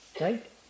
Right